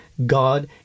God